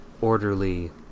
orderly